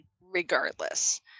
regardless